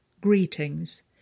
greetings